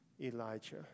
Elijah